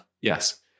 yes